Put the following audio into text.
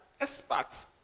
experts